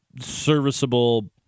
serviceable